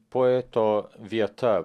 poeto vieta